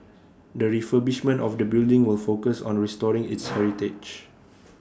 the refurbishment of the building will focus on restoring its heritage